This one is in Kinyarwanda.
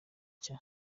cya